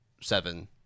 seven